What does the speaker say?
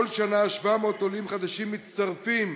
בכל שנה 700 עולים חדשים מצטרפים